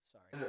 Sorry